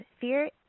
Fear